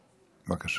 בבקשה.